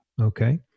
Okay